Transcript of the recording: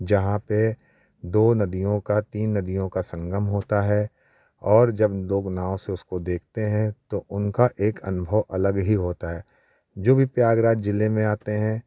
जहाँ पर दो नदियों का तीन नदियों का संगम होता है और लोग जब नाव से उसको देखते हैं तो उनका एक अनुभव अलग ही होता है जो भी प्रयागराज ज़िले में आते हैं